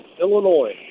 Illinois